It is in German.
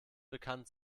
bekannt